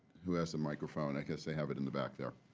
who has the microphone? i guess they have it in the back there.